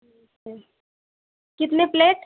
ठीक है कितने प्लेट